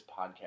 podcast